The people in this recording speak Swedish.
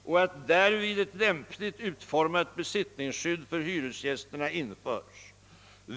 och att därvid ett lämpligt utformat besittningsskydd för hyresgästerna införs.